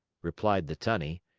replied the tunny,